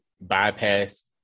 bypass